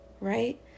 right